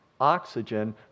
oxygen